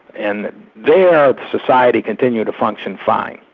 and there society continued function fine.